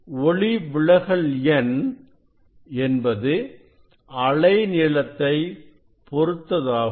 ஒளிவிலகல் எண் என்பது அலை நீளத்தை பொருத்ததாகும்